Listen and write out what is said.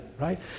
right